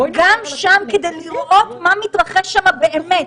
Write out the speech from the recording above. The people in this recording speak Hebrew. גם שם כדי לראות מה מתרחש באמת,